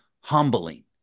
humbling